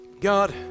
God